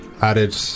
added